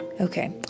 Okay